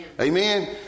Amen